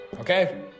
okay